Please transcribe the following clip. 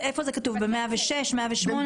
כתוב ב-106 או ב-108?